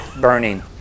burning